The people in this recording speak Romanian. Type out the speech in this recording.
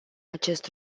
acest